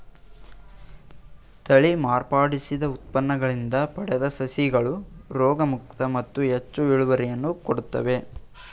ತಳಿ ಮಾರ್ಪಡಿಸಿದ ಉತ್ಪನ್ನಗಳಿಂದ ಪಡೆದ ಸಸಿಗಳು ರೋಗಮುಕ್ತ ಮತ್ತು ಹೆಚ್ಚು ಇಳುವರಿಯನ್ನು ಕೊಡುತ್ತವೆ